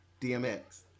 DMX